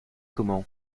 comment